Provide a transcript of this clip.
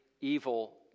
evil